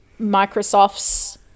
Microsoft's